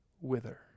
wither